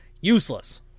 Useless